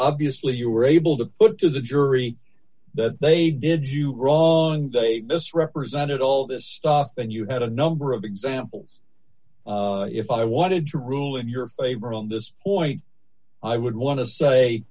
obviously you were able to put to the jury that they did you ron they misrepresented all this stuff and you had a number of examples if i wanted to rule in your favor on this point i would want to say